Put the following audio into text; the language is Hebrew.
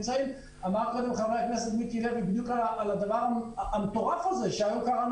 חבר הכנסת מיקי לוי בדיוק דיבר קודם על הדבר המטורף הזה שקראנו